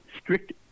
strict –